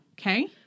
Okay